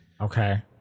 okay